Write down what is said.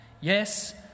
Yes